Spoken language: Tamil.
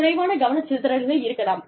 குறைவான கவனச்சிதறல்கள் இருக்கலாம்